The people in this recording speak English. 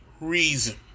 reason